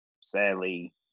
sadly